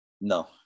No